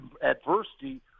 adversity